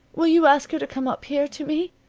will you ask her to come up here to me?